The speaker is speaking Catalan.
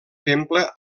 temple